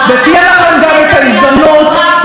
ותהיה לכם גם ההזדמנות, חברת הכנסת ברקו.